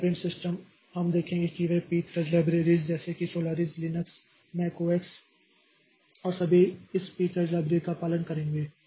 तो कई operating system हम देखेंगे कि वे Pthreads लाइबरेरीज़ जैसे की Solaris Linux Mac OS X और सभी जैसे इस Pthreads लाइबरेरीज़ का पालन करेंगे